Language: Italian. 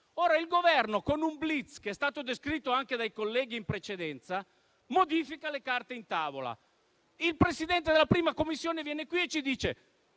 Ora il Governo, con un *blitz* che è stato descritto anche dai colleghi in precedenza, modifica le carte in tavola. Il Presidente della 1a Commissione viene qui e ci dice